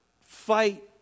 fight